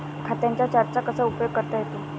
खात्यांच्या चार्टचा कसा उपयोग करता येतो?